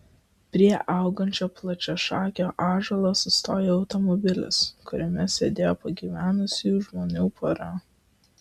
prie augančio plačiašakio ąžuolo sustojo automobilis kuriame sėdėjo pagyvenusių žmonių pora